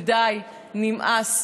ודי, נמאס.